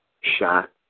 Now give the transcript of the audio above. shot